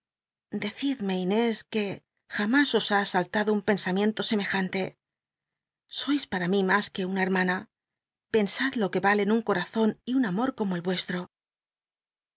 decidmc inés que jamüs os ha asa ltado un pensam iento semejan te sois para mi mas c úc una hermana pensad lo q ue valen un corazon y un amor como el yuestio